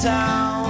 Town